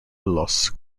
los